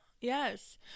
yes